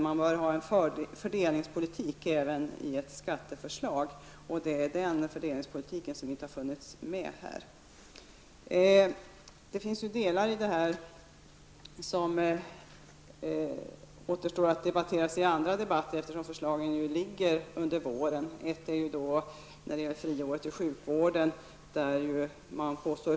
Man bör ta hänsyn till de fördelningspolitiska effekterna även av ett skatteförslag, och det har inte gjorts här. Det finns delar av det här som återstår att debattera i andra sammanhang, eftersom förslagen skall behandlas under våren. Ett av förslagen gäller friåret i vården.